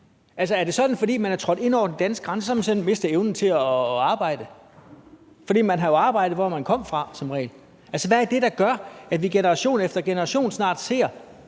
er det sådan, at fordi man er trådt ind over den danske grænse, har man simpelt hen mistet evnen til at arbejde? For man har jo som regel arbejdet der, hvor man kom fra. Hvad er det, der gør, at vi generation efter generation snart ser,